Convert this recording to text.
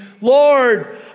Lord